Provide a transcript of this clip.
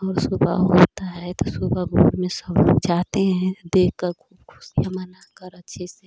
और सुबह होता है तो सुबह भोर में सब लोग जाते हैं देखकर खूब खुशियाँ मनाकर अच्छे से